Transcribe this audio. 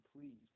Please